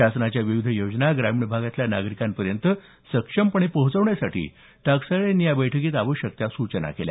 शासनाच्या विविध योजना ग्रामीण भागातल्या नागरिकांपर्यंत सक्षमपणे पोहोचवण्यासाठी टाकसाळे यांनी या बैठकीत आवश्यक त्या सूचना केल्या